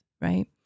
right